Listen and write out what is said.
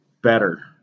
better